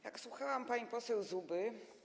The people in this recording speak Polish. Jak słuchałam pani poseł Zuby.